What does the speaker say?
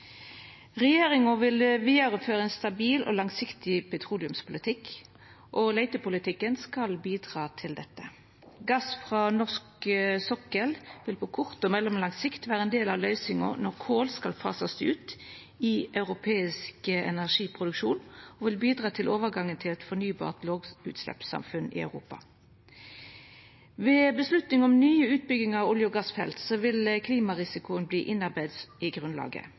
Regjeringa vil vidareføra ein stabil og langsiktig petroleumspolitikk, og leitepolitikken skal bidra til dette. Gass frå norsk sokkel vil på kort og mellomlang sikt vera ein del av løysinga når kol skal fasast ut i europeisk energiproduksjon og vil bidra til overgangen til eit fornybart lågutsleppssamfunn i Europa. Ved avgjerd om nye utbyggingar av olje- og gassfelt vil klimarisikoen verta innarbeidd i grunnlaget.